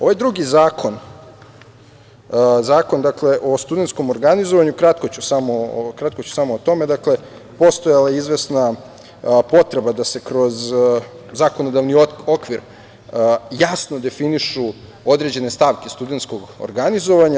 Ovaj drugi zakon, zakon o studenskom organizovanju, kratko ću samo o tome, postojala izvesna potreba da se kroz zakonodavni okvir jasno definišu određene stavke studenskog organizovanja.